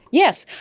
yes,